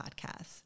podcasts